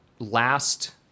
Last